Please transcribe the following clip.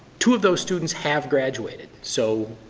two of those students have graduated. so,